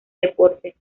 deportes